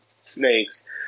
snakes